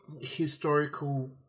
historical